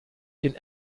den